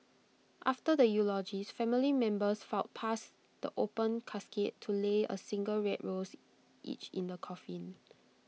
after the eulogies family members filed past the open casket to lay A single red rose each in the coffin